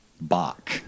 Bach